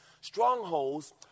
Strongholds